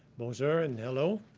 bonjour and hello.